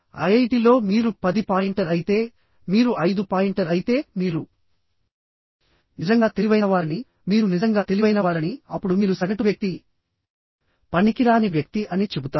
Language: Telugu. ఐఐటిలో మీరు పది పాయింటర్ అయితే మీరు ఐదు పాయింటర్ అయితే మీరు నిజంగా తెలివైనవారని మీరు నిజంగా తెలివైనవారని అప్పుడు మీరు సగటు వ్యక్తి పనికిరాని వ్యక్తి అని చెబుతారు